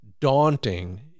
daunting